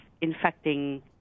infecting